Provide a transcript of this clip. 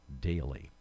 daily